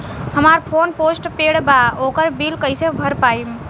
हमार phone postpaid बा ओकर बिल कईसे भर पाएम?